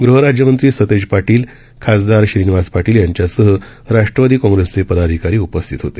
गहराज्यमंत्री सतेज पाटील खासदार श्रीनिवास पाटील यांच्यासह राष्ट्रवादी काँग्रेसचे पदाधिकारी उपस्थित होते